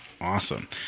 awesome